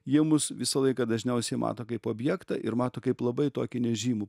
jie mus visą laiką dažniausiai mato kaip objektą ir mato kaip labai tokį nežymų